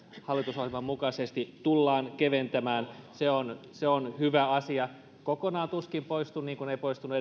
hallitusohjelman mukaisesti tullaan keventämään se on se on hyvä asia se kokonaan tuskin poistuu niin kuin ei poistunut